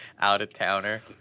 out-of-towner